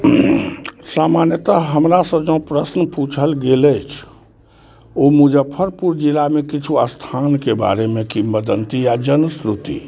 सामान्यतः हमरासँ जँ प्रश्न पूछल गेल अछि ओ मुजफ्फरपुर जिलामे किछु स्थानके बारेमे किम्वदन्ती या जनश्रुति